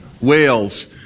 Wales